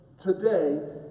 today